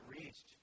reached